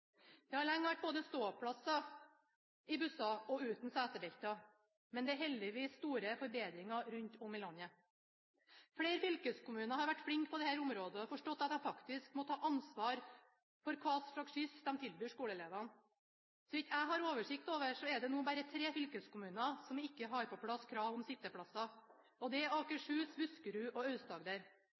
har lenge vært både ståplasser i busser og busser uten setebelter. Men det er heldigvis store forbedringer rundt om i landet. Flere fylkeskommuner har vært flinke på dette området og forstått at de faktisk må ta ansvar for hva slags skyss de tilbyr skoleelevene. Så vidt jeg har oversikt over, er det nå bare tre fylkeskommuner som ikke har på plass krav om sitteplasser. Det er Akershus, Buskerud og